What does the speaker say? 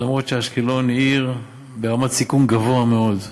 למרות שאשקלון היא עיר ברמת סיכון גבוהה מאוד,